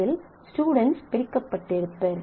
அதில் ஸ்டுடென்ட்ஸ் பிரிக்கப்பட்டிருப்பர்